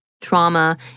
trauma